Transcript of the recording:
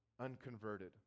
unconverted